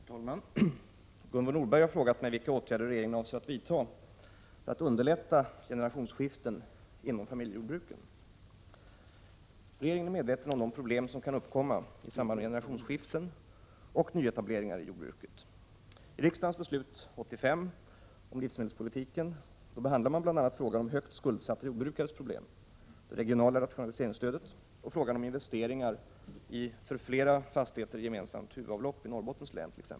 Herr talman! Gunvor Norberg har frågat mig vilka åtgärder regeringen avser att vidta för att underlätta generationsskiften inom familjejordbruken. Regeringen är medveten om de problem som kan uppkomma i samband med generationsskiften och nyetableringar inom jordbruket. I riksdagens beslut år 1985 om livsmedelspolitiken behandlades bl.a. frågan om högt skuldsatta jordbrukares problem, det regionala rationaliseringsstödet och frågan om investeringar i för flera fastigheter gemensamt huvudavlopp i Norrbottens län.